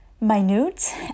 minute